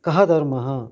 कः धर्मः